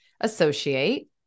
associate